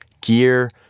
gear